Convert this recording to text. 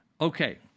Okay